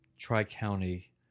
tri-county